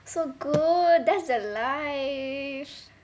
so good that's the life